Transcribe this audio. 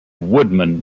woodman